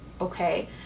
Okay